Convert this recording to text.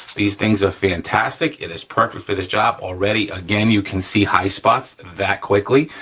these things are fantastic, it is perfect for this job. already again, you can see high spots that quickly,